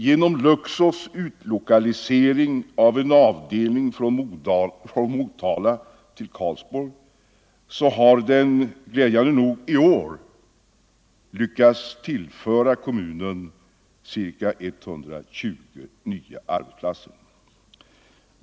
Genom Luxors utlokalisering av en avdelning från Motala till Karlsborg har man, glädjande nog, i år lyckats tillföra kommunen ca 120 nya arbetsplatser.